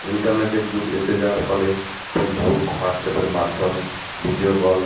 ইন্টারনেটের যুগ এসে যাওয়ার ফলে ফেসবুক হোয়াটসঅ্যাপের মাধ্যমে ভিডিও কল